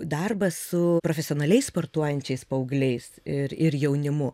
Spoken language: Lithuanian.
darbas su profesionaliai sportuojančiais paaugliais ir ir jaunimu